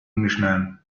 englishman